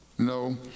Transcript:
No